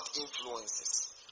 influences